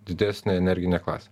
didesnę energinę klasę